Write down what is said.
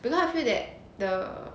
because I feel that the